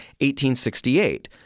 1868